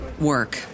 work